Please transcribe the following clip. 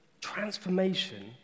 transformation